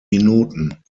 minuten